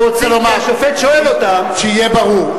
שיהיה ברור,